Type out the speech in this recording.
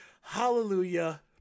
Hallelujah